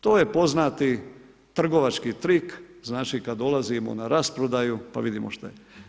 To je poznati trgovački trik, znači kada dolazimo na rasprodaju pa vidimo šta je.